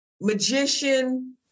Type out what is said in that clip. magician